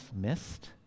missed